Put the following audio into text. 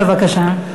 בבקשה.